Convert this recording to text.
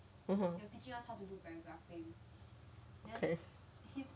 mmhmm then